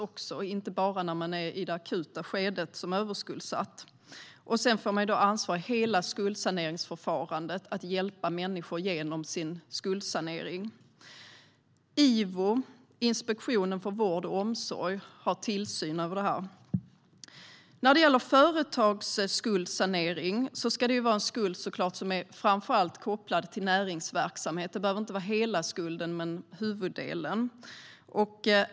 Det handlar inte bara om det akuta skedet för överskuldsatta. Man får ansvar i hela skuldsaneringsförfarandet att hjälpa människor genom skuldsaneringen. IVO, Inspektionen för vård och omsorg, har tillsyn över detta. När det gäller företagsskuldsanering ska det såklart vara en skuld som framför allt är kopplad till näringsverksamhet. Det behöver inte vara hela skulden men huvuddelen.